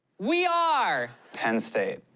we are! penn state.